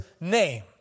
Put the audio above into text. name